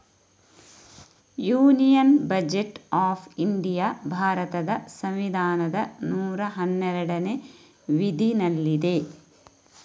union budget of India ಭಾರತದ ಸಂವಿಧಾನದ ನೂರಾ ಹನ್ನೆರಡನೇ ವಿಧಿನಲ್ಲಿದೆ